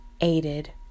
aided